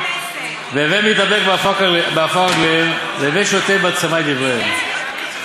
והווי מתאבק בעפר רגליהם והווי שותה בצמא את דבריהם"